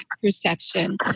perception